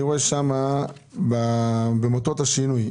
אני רואה במוטות השינוי.